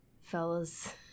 fellas